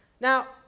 Now